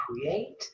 create